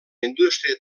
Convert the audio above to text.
indústria